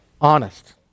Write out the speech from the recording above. honest